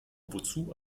wozu